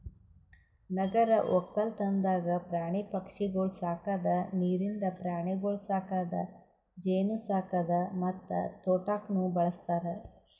ನಗರ ಒಕ್ಕಲ್ತನದಾಗ್ ಪ್ರಾಣಿ ಪಕ್ಷಿಗೊಳ್ ಸಾಕದ್, ನೀರಿಂದ ಪ್ರಾಣಿಗೊಳ್ ಸಾಕದ್, ಜೇನು ಸಾಕದ್ ಮತ್ತ ತೋಟಕ್ನ್ನೂ ಬಳ್ಸತಾರ್